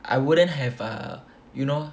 I wouldn't have err you know